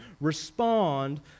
respond